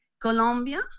Colombia